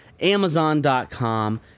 Amazon.com